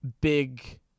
big